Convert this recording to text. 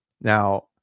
Now